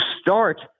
start